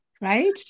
right